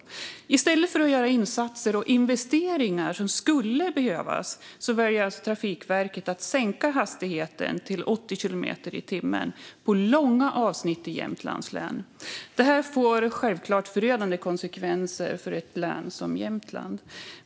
Men i stället för att göra de insatser och investeringar som skulle behövas väljer Trafikverket att sänka hastigheten till 80 kilometer i timmen på långa avsnitt i Jämtlands län. Detta får självfallet förödande konsekvenser för ett län som Jämtland.